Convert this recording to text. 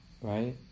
right